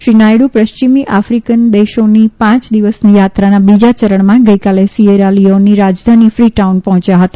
શ્રી નાયડ્ર પશ્ચિમી આફિકા દેશોની પાંચ દિવસની યાત્રાના બીજા ચરણમાં ગઈકાલે સિએરા લિઓનની રાજધાની ફી ટાઉન પહોંચ્યા હતા